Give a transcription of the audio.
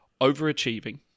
overachieving